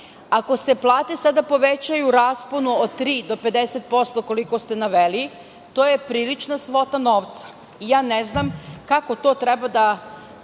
Ako se plate sada povećaju u rasponu od 3% do 50% koliko ste naveli, to je prilična svota novca. Ne znam kako to treba da